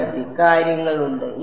വിദ്യാർത്ഥി കാര്യങ്ങളുണ്ട്